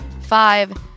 Five